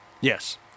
Yes